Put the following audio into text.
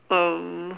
um